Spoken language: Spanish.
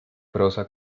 prosa